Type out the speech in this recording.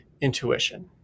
intuition